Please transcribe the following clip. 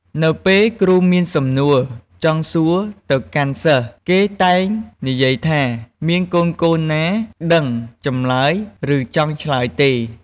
នៅពេលគ្រូមានសំណួរចង់សួរទៅកាន់សិស្ស គេតែងនិយាយថា មានកូនៗណា ដឹងចម្លើយ និងចង់ឆ្លើយទេ។